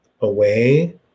away